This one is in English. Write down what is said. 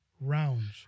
rounds